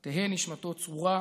תהא נשמתו צרורה